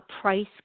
price